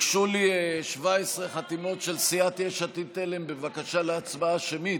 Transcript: הוגשו לי 17 חתימות של סיעת יש עתיד-תל"ם בבקשה להצבעה שמית.